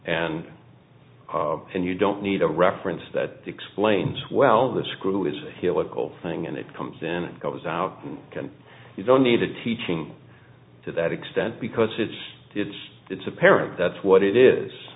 and and you don't need a reference that explains well the screw is a hillock old thing and it comes in goes out can you don't need a teaching to that extent because it's it's it's apparent that's what it is